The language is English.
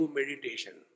meditation